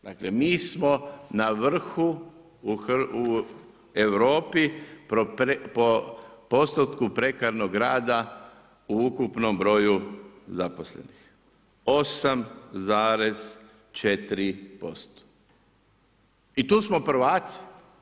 Dakle mi smo na vrhu u Europi po postotku prekarnog rada u ukupnom broju zaposlenih, 8,4% i tu smo prvaci.